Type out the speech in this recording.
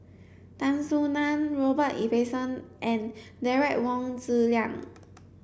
Tan Soo Nan Robert Ibbetson and Derek Wong Zi Liang